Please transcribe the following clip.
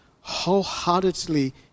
wholeheartedly